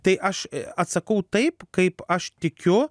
tai aš atsakau taip kaip aš tikiu